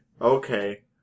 Okay